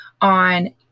on